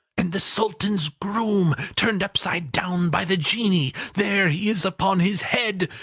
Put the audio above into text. and the sultan's groom turned upside down by the genii there he is upon his head!